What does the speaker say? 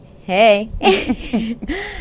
hey